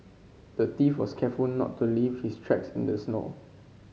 the thief was careful not to leave his tracks in the snow